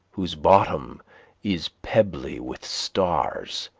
whose bottom is pebbly with stars.